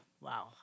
Wow